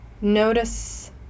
notice